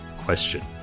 question